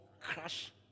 crush